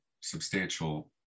substantial